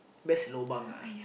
best lobang ah